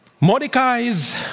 Mordecai's